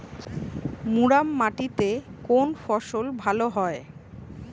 মুরাম মাটিতে কোন ফসল ভালো হয়?